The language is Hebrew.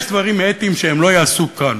יש דברים אתיים שלא ייעשו כאן,